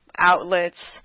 outlets